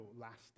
lasting